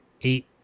eight